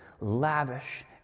lavish